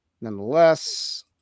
nonetheless